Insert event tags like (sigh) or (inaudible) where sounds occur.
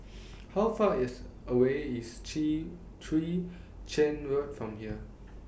How Far IS away IS (unintelligible) Chwee Chian Road from here